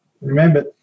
Remember